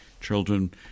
children